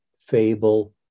fable